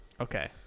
Okay